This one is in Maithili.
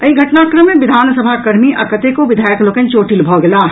एहि घटनाक्रम में विधान सभा कर्मी आ कतेको विधायक लोकनि चोटिल भऽ गेलाह